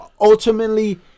ultimately